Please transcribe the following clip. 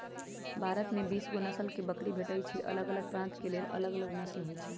भारत में बीसगो नसल के बकरी भेटइ छइ अलग प्रान्त के लेल अलग नसल होइ छइ